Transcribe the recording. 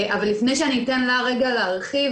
לפני שאני אתן לה רגע להרחיב,